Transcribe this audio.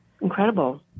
incredible